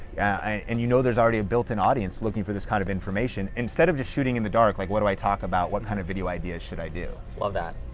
and you know there's already a built in audience looking for this kind of information. instead of just shooting in the dark, like what do i talk about, what kind of video ideas should i do. love that.